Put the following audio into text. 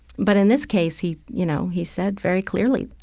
but in this case he, you know, he said very clearly,